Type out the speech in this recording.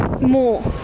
more